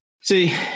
See